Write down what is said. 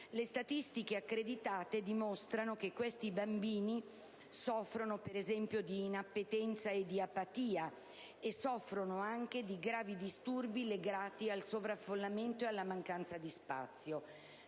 Le statistiche accreditate dimostrano che questi bambini soffrono, per esempio, di inappetenza e di apatia, oltre che di gravi disturbi legati al sovraffollamento e alla mancanza di spazio;